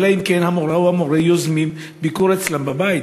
אלא אם כן המורה או המורה יוזמים ביקור אצלם בבית.